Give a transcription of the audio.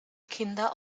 kinder